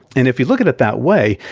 and if you look at it that way,